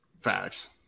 Facts